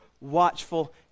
watchful